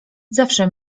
zawsze